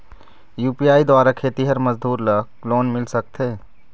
UPI द्वारा खेतीहर मजदूर ला लोन मिल सकथे?